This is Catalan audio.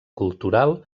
cultural